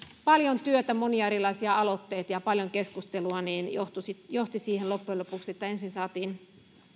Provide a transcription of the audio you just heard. paljon työtä oli monia erilaisia aloitteita ja paljon keskustelua ja se johti loppujen lopuksi siihen että ensin saatiin